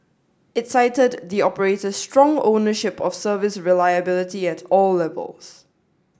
it cited the operator's strong ownership of service reliability at all levels